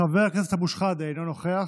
חבר הכנסת אבו שחאדה, אינו נוכח,